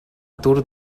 tour